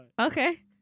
Okay